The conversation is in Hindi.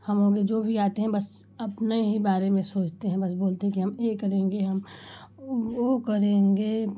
हमारे जो भी आते हैं बस अपने ही बारे में सोचते हैं बस बोलते हैं कि हम ये करेंगे हम वो करेंगे